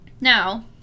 Now